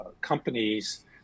companies